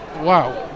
wow